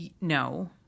no